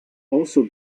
also